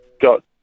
got